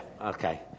okay